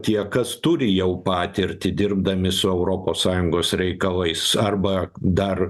tie kas turi jau patirtį dirbdami su europos sąjungos reikalais arba dar